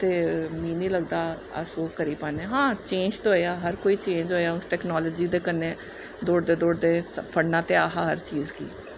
ते मीं निं लगदा अस ओह् करी पान्ने हां चेंज ते होआ हर कोई चेंज होआ उस टैकनॉलजी दे कन्नै दौड़दे दौड़दे फड़ना ते ऐहा हर चीज गी